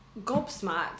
gobsmacked